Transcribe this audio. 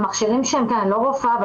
אני לא רופאה,